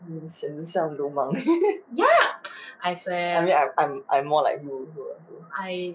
明显像流氓 I mean like I'm I'm more like you also lah so